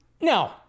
No